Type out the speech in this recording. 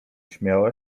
śmiała